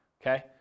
okay